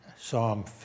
Psalm